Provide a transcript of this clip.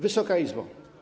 Wysoka Izbo!